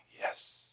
yes